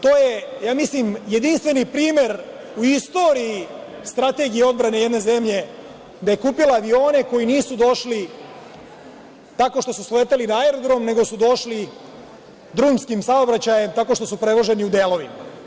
To je, ja mislim jedinstveni primer u istoriji strategije odbrane jedne zemlje da je kupila avione koji nisu došli tako što su sletali na aerodrom, nego su došli drumskim saobraćajem, tako što su prevoženi u delovima.